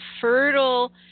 fertile